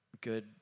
Good